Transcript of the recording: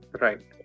Right